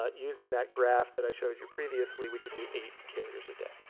ah using that graph that i showed you previously, we could do eight carriers a day.